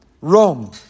Rome